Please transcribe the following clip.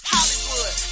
Hollywood